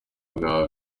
bwa